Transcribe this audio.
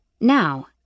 Now